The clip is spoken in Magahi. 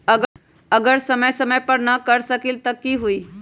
अगर समय समय पर न कर सकील त कि हुई?